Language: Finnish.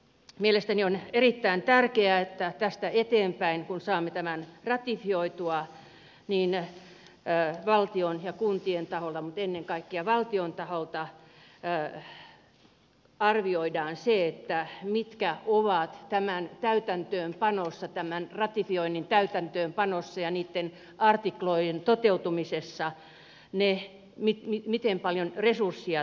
mielestäni on erittäin tärkeää että tästä eteenpäin kun saamme tämän ratifioitua valtion ja kuntien taholta mutta ennen kaikkea valtion taholta arvioidaan miten paljon resursseja tarvitaan tämän ratifioinnin täytäntöönpanoon ja niitten artikloiden toteutumiseen